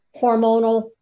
hormonal